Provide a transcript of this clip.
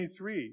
23